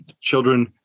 children